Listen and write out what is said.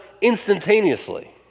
instantaneously